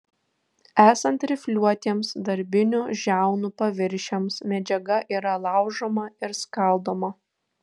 esant rifliuotiems darbinių žiaunų paviršiams medžiaga yra laužoma ir skaldoma